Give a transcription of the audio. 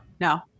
no